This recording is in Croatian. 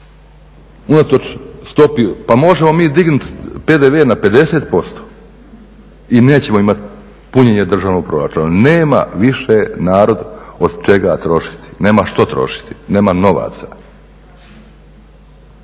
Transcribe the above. Unatoč stopi, pa možemo mi dignuti PDV na 50% i nećemo imati punjenje državnog proračuna. Nema više narod od čega trošiti, nema što trošiti, nema novaca.